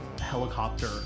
helicopter